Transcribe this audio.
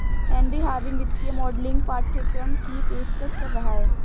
Henry Harvin वित्तीय modelling पाठ्यक्रम की पेशकश कर रहा हैं